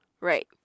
Right